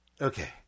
okay